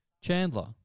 Chandler